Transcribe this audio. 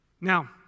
Now